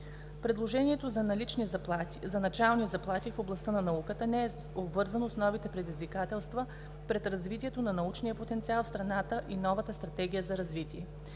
Предложението за начални заплати в областта на науката не е обвързано с новите предизвикателства пред развитието на научния потенциал в страната и новата Стратегия за развитие.